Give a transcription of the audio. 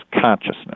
consciousness